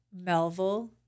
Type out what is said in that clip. Melville